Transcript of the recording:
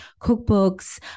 cookbooks